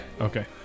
Okay